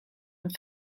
and